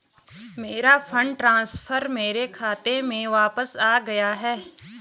मेरा fund transfer मेरे खाते में वापस आ गया है